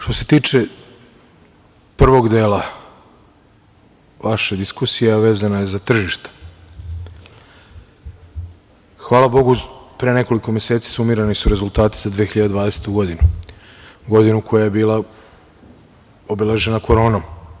Što se tiče prvog dela vaše diskusije, a vezana je za tržište, hvala Bogu, pre nekoliko meseci sumirani su rezultati za 2020. godinu, godinu koja je bila obeležena koronom.